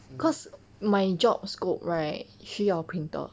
cause my job scope right 需要 printer